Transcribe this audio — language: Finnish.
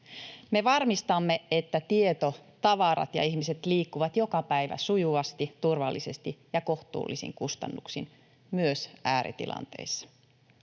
Me varmistamme, että tieto, tavarat ja ihmiset liikkuvat joka päivä sujuvasti, turvallisesti ja kohtuullisin kustannuksin myös ääritilanteissa.